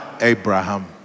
Abraham